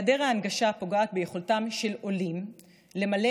היעדר ההנגשה פוגע ביכולתם של עולים למלא